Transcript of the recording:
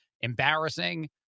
embarrassing